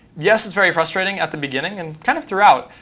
yes, it's very frustrating at the beginning and kind of throughout,